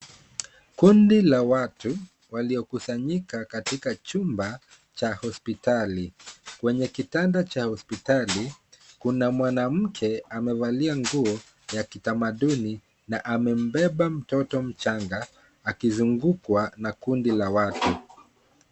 Kundi la watu waliokusanyika katika chumba cha hospitali. Kwenye kitanda cha hospitali, kuna mwanamke amevalia nguo ya kitamaduni na amembeba mtoto mchanga akizungukwa na kundi la watu.